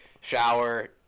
shower